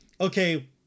Okay